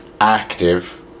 active